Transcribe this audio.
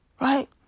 Right